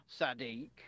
Sadiq